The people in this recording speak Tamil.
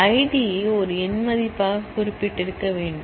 ஐடியை ஒரு எண் மதிப்பாகக் குறிப்பிட்டிருக்க வேண்டும்